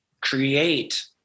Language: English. create